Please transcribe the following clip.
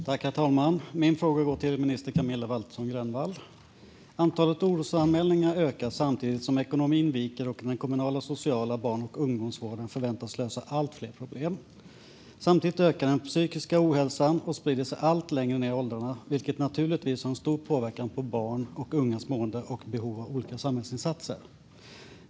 Herr talman! Min fråga går till minister Camilla Waltersson Grönvall. Antalet orosanmälningar ökar samtidigt som ekonomin viker och den kommunala sociala barn och ungdomsvården förväntas lösa allt fler problem. Samtidigt ökar den psykiska ohälsan, och den sprider sig allt längre ned i åldrarna. Det har naturligtvis en stor påverkan på barns och ungas mående och behov av olika samhällsinsatser.